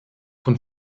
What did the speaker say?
von